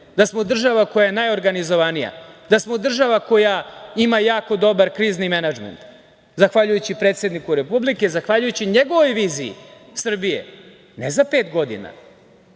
da smo država koja je najorganizovanija, da smo država ima jako dobar krizni menadžment zahvaljujući predsedniku Republike, zahvaljujući njegovoj viziji Srbije, ne za pet godina. Mi